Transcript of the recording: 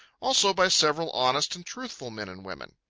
also by several honest and truthful men and women.